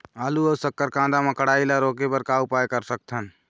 आलू अऊ शक्कर कांदा मा कढ़ाई ला रोके बर का उपाय कर सकथन?